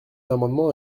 amendement